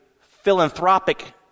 philanthropic